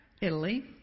Italy